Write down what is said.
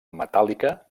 metàl·lica